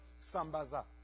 Sambaza